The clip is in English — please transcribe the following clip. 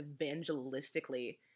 evangelistically